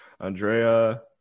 Andrea